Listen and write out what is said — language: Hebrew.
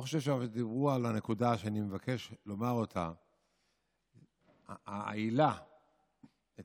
ואני לא חושב שדיברו על הנקודה שאני מבקש לומר: העילה האמיתית,